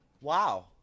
Wow